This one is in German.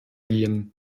gehen